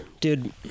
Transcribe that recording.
Dude